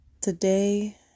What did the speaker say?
Today